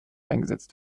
eingesetzt